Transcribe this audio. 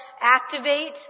activate